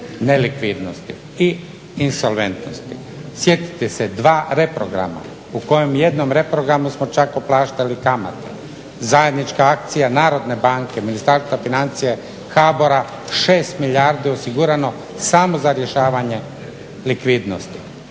nelikvidnosti i insolventnosti. Sjetite se, dva reprograma u kojem jednom reprogramu smo čak opraštali kamate, zajednička akcija Narodne banke, Ministarstva financija, HBOR-a 6 milijardi je osigurano samo za rješavanje likvidnosti.